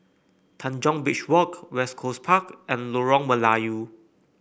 Tanjong Beach Walk West Coast Park and Lorong Melayu